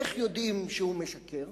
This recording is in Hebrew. איך יודעים שהוא משקר?